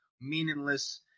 meaningless